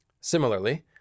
Similarly